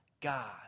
God